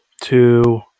two